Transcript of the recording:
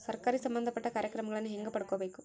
ಸರಕಾರಿ ಸಂಬಂಧಪಟ್ಟ ಕಾರ್ಯಕ್ರಮಗಳನ್ನು ಹೆಂಗ ಪಡ್ಕೊಬೇಕು?